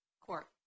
court